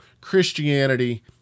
Christianity